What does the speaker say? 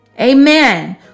Amen